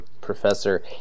professor